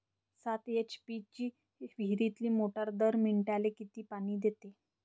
सात एच.पी ची विहिरीतली मोटार दर मिनटाले किती पानी देते?